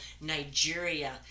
Nigeria